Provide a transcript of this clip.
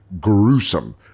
gruesome